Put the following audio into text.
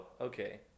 okay